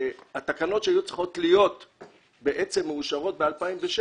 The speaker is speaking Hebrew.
והתקנות היו צריכות להיות מאושרות ב-2007,